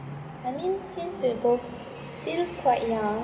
I mean since we're both still quite young